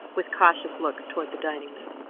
with cautious looks toward the dining-room.